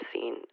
seen